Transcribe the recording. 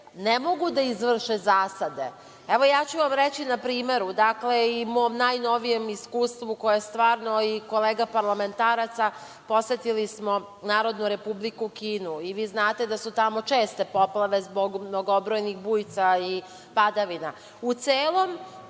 Ne mogu da izvrše zasade. Evo, ja ću vam reći na primeru, dakle, i mom najnovijem iskustvu i kolega parlamentaraca. Posetili smo Narodnu Republiku Kinu. Vi znate da su tamo česte poplave zbog mnogbrojnih bujica i padavina. U celom